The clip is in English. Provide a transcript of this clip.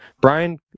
Brian